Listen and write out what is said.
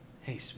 Hey